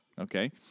Okay